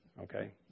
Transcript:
Okay